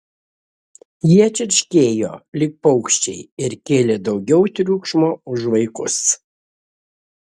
jie čirškėjo lyg paukščiai ir kėlė daugiau triukšmo už vaikus